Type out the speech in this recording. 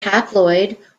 haploid